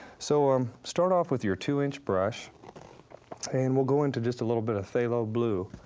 so, um start off with your two inch brush and we'll go into just a little bit of phthalo blue.